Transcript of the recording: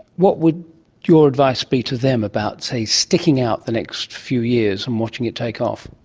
what would your advice be to them about, say, sticking out the next few years and watching it take off?